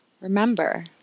Remember